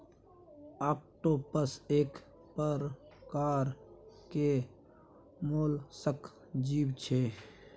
octopus एक परकार केर मोलस्क जीव छै